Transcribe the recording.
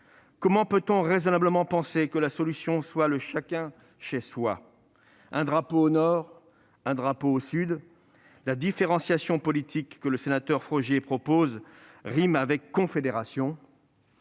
Comment peut-il raisonnablement penser que la solution soit le « chacun chez soi », un drapeau au Nord, un autre au Sud. La différenciation politique qu'il propose rime avec confédération.